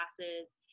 classes